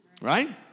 Right